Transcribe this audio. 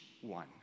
one